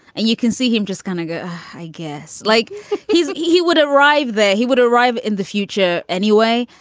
and you can see him just kind of i guess, like he's he he would arrive there. he would arrive in the future anyway.